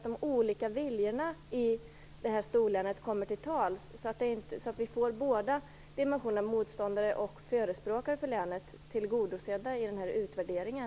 De olika viljorna i storlänet måste ju också få komma till tals så att båda dimensionerna - motståndare till och förespråkare för storlänet - blir tillgodosedda i utvärderingen.